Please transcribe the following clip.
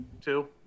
Two